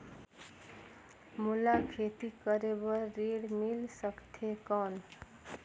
मोला खेती करे बार ऋण मिल सकथे कौन?